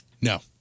No